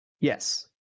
Yes